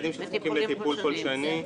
ילדים אלרגיים וילדים שזקוקים לטיפול פולשני,